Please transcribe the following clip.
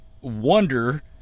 wonder